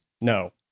no